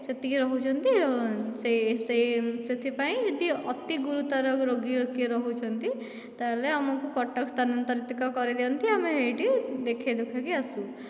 ସେତିକି ରହୁଛନ୍ତି ସେ ସେ ସେଥିପାଇଁ ଯଦି ଅତି ଗୁରୁତ୍ୱର ରୋଗୀ କିଏ ରହୁଛନ୍ତି ତାହେଲେ ଆମକୁ କଟକ ସ୍ଥାନାନ୍ତରିତ କରିଦିଅନ୍ତି ଆମେ ଏହିଠି ଦେଖାଇ ଦୁଖାକି ଆସୁ